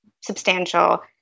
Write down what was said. substantial